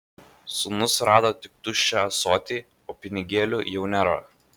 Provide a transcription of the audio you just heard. sūnus rado tik tuščią ąsotį o pinigėlių jau nėra